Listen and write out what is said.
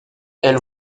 elle